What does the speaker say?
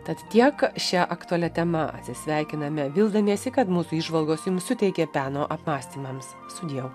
tad tiek šia aktualia tema atsisveikiname vildamiesi kad mūsų įžvalgos jums suteikė peno apmąstymams su dievu